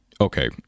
okay